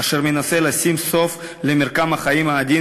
אשר מנסה לשים סוף למרקם החיים העדין